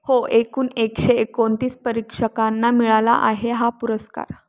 हो एकूण एकशे एकोणतीस परीक्षकांना मिळाला आहे हा पुरस्कार